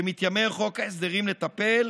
שבה מתיימר חוק ההסדרים לטפל,